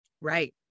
Right